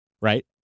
right